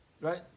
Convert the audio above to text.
right